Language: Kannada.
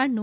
ಹಣ್ಣು